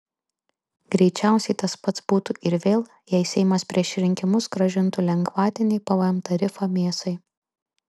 greičiausiai tas pats būtų ir vėl jei seimas prieš rinkimus grąžintų lengvatinį pvm tarifą mėsai